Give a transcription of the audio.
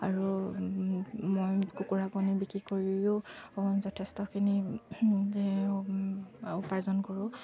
আৰু মই কুকুৰাকণী বিক্ৰী কৰিও যথেষ্টখিনি উপাৰ্জন কৰোঁ